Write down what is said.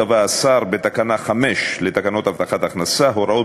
קבע השר בתקנה 5 לתקנות הבטחת הכנסה הוראות